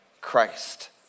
Christ